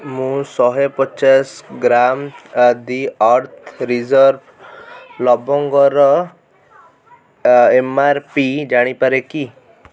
ମୁଁ ଶହେ ପଚାଶ ଗ୍ରାମ୍ ଦି ଆର୍ଥ ରିଜର୍ଭ ଲବଙ୍ଗର ଏମ୍ ଆର୍ ପି ଜାଣିପାରେ କି